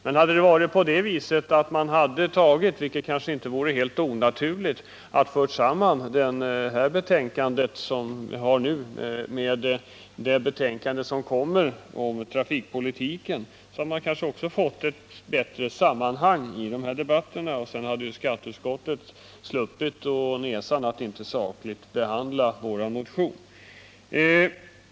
Men om man -— vilket kanske inte vore helt onaturligt — hade fört samman det betänkande som vi nu behandlar med det betänkande som kommer senare om trafikpolitiken hade man kanske fått ett bättre sammanhang i dessa debatter. Dessutom hade ju skatteutskottet sluppit nesan att inte sakligt behandla vår motion.